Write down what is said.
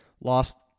lost